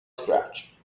scratch